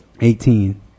Eighteen